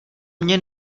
mně